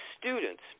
students